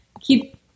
keep